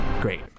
Great